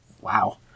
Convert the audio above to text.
Wow